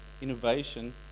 innovation